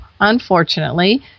Unfortunately